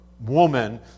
woman